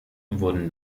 wurden